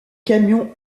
camions